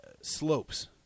slopes